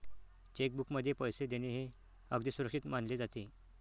check बुकमधून पैसे देणे हे अगदी सुरक्षित मानले जाते